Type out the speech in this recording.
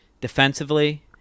defensively